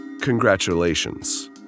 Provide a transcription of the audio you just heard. congratulations